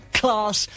class